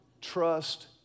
trust